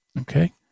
Okay